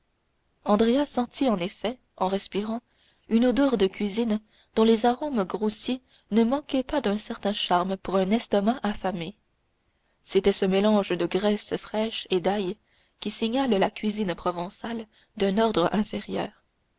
sentit en effet en respirant une odeur de cuisine dont les arômes grossiers ne manquaient pas d'un certain charme pour un estomac affamé c'était ce mélange de graisse fraîche et d'ail qui signale la cuisine provençale d'un ordre inférieur